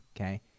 okay